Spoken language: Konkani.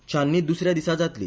छान्नी द्सऱ्या दिसा जातली